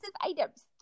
items